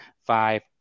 five